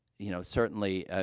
you know, certainly, ah